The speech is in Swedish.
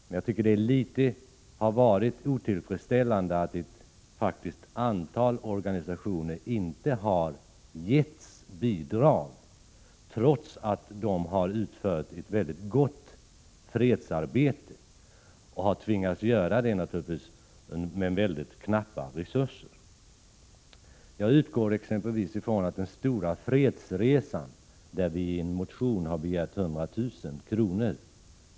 Men jag tycker att det har varit otillfredsställande att ett antal organisationer faktiskt inte har fått bidrag trots att de har utfört ett väldigt gott fredsarbete och har tvingats göra detta med väldigt knappa resurser. Exempelvis utgår jag från att den stora Fredsresan — vi har i en motion begärt 100 000 kr.